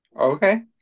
Okay